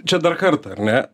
čia dar kartą ar ne